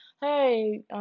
hey